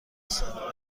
سارق